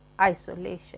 isolation